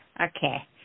Okay